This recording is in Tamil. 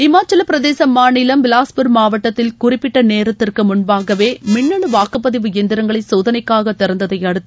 இமாச்சல பிரதேச மாநிலம் பிலாஸ்டூர் மாவட்டத்தில் குறிப்பிட்ட நோத்திற்கு முன்பாகவே மின்னணு வாக்குப்பதிவு எந்திரங்களை சோதனைக்காக திறந்ததையடுத்து